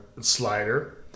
Slider